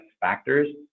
factors